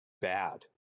bad